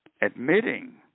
admitting